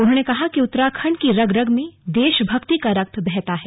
उन्होंने कहा कि उत्तराखंड की धमनियों में देश भक्ति का रक्त बहता है